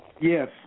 Yes